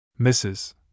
Mrs